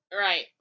Right